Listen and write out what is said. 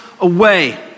away